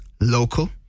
local